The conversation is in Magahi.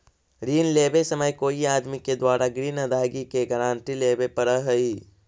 ऋण लेवे समय कोई आदमी के द्वारा ग्रीन अदायगी के गारंटी लेवे पड़ऽ हई